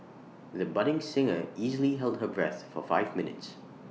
the budding singer easily held her breath for five minutes